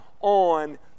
on